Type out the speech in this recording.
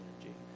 energy